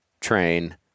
train